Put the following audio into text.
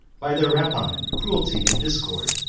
by their rapine, cruelty, and discord,